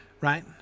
right